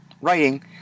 writing